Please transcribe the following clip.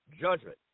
judgment